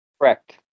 Correct